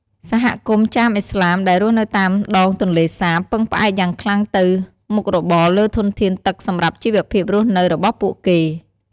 សហគមន៍ចាមឥស្លាមដែលរស់នៅតាមដង ទន្លេសាប ពឹងផ្អែកយ៉ាងខ្លាំងទៅមុខរបរលើធនធានទឹកសម្រាប់ជីវភាពរស់នៅរបស់ពួកគេ។